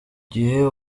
gihe